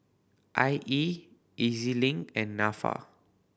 I E E Z Link and Nafa